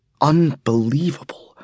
Unbelievable